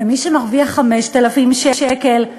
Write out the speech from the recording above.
ומי שמרוויח 5,000 שקלים,